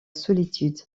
solitude